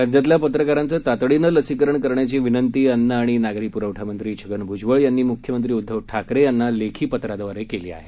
राज्यातल्या पत्रकारांचं तातडीनं लसीकरण करण्याची विनंती अन्न आणि नागरी प्रवठा मंत्री छगन भुजबळ यांनी मुख्यमंत्री उद्दव ठाकरे यांना लेखी पत्राद्वारे केली आहे